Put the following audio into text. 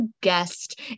guest